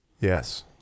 Yes